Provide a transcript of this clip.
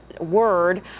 word